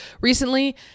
recently